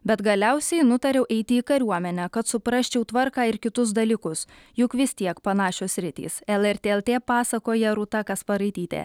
bet galiausiai nutariau eiti į kariuomenę kad suprasčiau tvarką ir kitus dalykus juk vis tiek panašios sritys lrt lt pasakoja rūta kasparaitytė